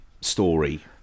story